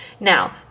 Now